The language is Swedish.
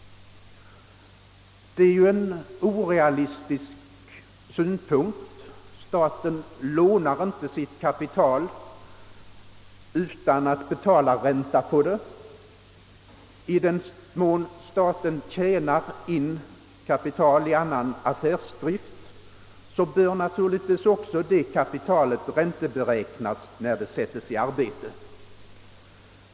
Det är ju en orealistisk synpunkt. Staten lånar inte sitt kapital utan att betala ränta på det, och i den mån staten själv tjänar in kapital i annan affärsdrift bör naturligtvis också det kapitalet ränteberäknas när det sättes i arbete.